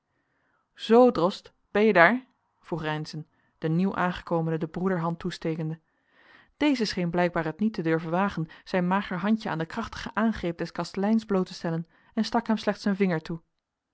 zoo drost ben je daar vroeg reynszen den nieuwaangekomene de broederhand toestekende deze scheen blijkbaar het niet te durven wagen zijn mager handje aan den krachtigen aangreep des kasteleins bloot te stellen en stak hem slechts een vinger toe